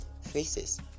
faces